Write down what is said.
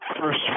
first